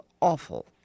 awful